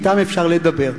אתם אפשר לדבר.